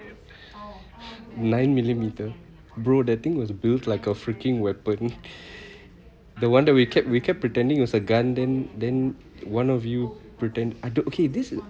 nine millimeter bro the thing was built like a freaking weapon the one we kept we kept pretending it was a gun then then one of you pretend I don't okay this is